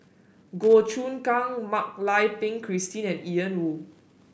Goh Choon Kang Mak Lai Peng Christine and Ian Woo